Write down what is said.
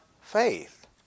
faith